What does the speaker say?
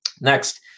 Next